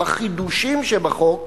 בחידושים שבחוק,